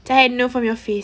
macam I know from your face